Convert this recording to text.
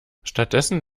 stattdessen